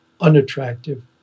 unattractive